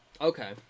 Okay